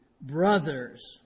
brothers